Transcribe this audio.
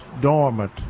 dormant